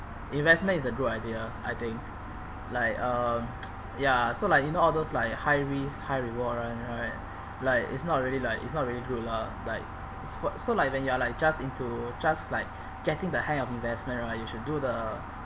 investment is a good idea I think like uh ya so like you know all those like high risk high reward one right like it's not really like it's not really good lah like so what so like when you are like just into just like getting the hang of investment right you should do the